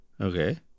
Okay